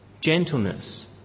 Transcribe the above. gentleness